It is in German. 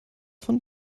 von